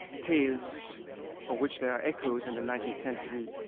tales of which there are echoes in the nineteenth century,